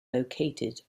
located